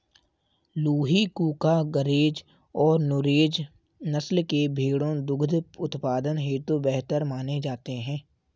लूही, कूका, गरेज और नुरेज नस्ल के भेंड़ दुग्ध उत्पादन हेतु बेहतर माने जाते हैं